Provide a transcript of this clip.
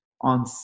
on